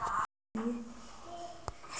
खजूर खेती रेतीली स्थानों पर सरलता से होती है